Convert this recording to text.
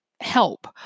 help